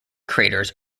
craters